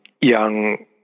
young